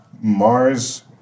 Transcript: Mars